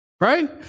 right